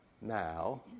Now